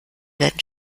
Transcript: werden